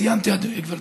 סיימתי, גברתי,